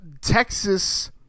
Texas